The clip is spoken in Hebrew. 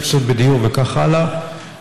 סבסוד בדיור וכך הלאה,